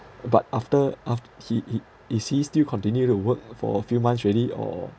but after aft~ he he is he still continue to work for a few months already or